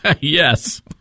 Yes